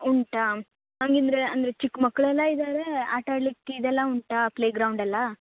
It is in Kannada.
ಉಂಟಾ ಹಾಗಿದ್ರೆ ಅಂದರೆ ಚಿಕ್ಕ ಮಕ್ಕಳೆಲ್ಲ ಇದ್ದಾರೆ ಆಟಡ್ಲಿಕ್ಕೆ ಇದೆಲ್ಲ ಉಂಟಾ ಪ್ಲೇ ಗ್ರೌಂಡ್ ಎಲ್ಲ